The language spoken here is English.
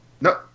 no